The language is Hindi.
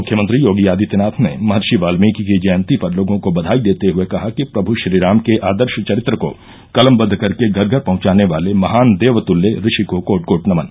मुख्यमंत्री योगी आदित्यनाथ ने महर्षि वाल्मीकि की जयंती पर लोगों को बधाई देते हुए कहा कि प्रम् श्री राम के आदर्श चरित्र को कलमबद्द करके घर घर पहुंचाने वाले महान देवतुल्य ऋषि को कोटि कोटि नमन